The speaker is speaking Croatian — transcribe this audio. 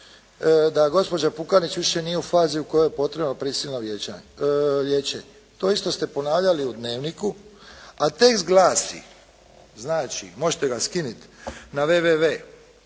da gospođa Pukanić više nije u fazi u kojoj je potrebno prisilno liječenje. To isto ste ponavljali u Dnevniku. A tekst glasi, možete ga skinuti na www: "Kako